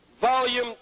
Volume